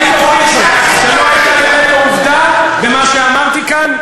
אם תוכיחו שלא הייתה אמת או עובדה במה שאמרתי כאן,